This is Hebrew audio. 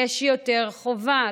יש יותר חובה,